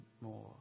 more